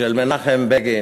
של מנחם בגין,